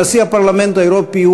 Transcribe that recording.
נשיא הפרלמנט האירופי,